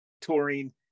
touring